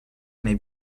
may